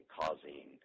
causing